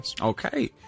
Okay